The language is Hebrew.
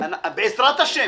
בעזרת השם